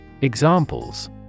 Examples